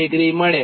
18° મળે